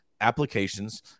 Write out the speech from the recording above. applications